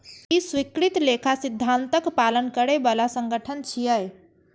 ई स्वीकृत लेखा सिद्धांतक पालन करै बला संगठन छियै